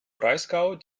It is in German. breisgau